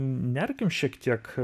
nerkim šiek tiek